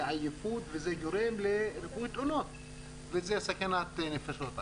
זה עייפות וזה גורם לריבוי תאונות וזו סכנת נפשות.